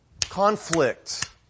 conflict